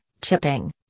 chipping